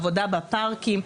עבודה בפארקים,